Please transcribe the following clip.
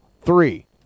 three